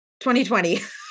2020